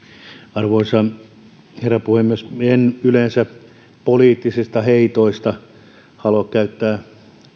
arvoisa herra puhemies en yleensä poliittisista heitoista halua käyttää